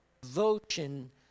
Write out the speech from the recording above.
devotion